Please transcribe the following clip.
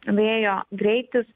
vėjo greitis